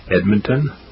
Edmonton